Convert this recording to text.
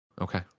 okay